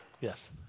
Yes